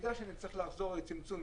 שבמידה ונצטרך לחזור לצמצום,